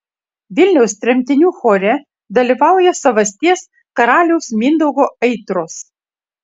vilniaus tremtinių chore dalyvauja savasties karaliaus mindaugo aitros